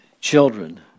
children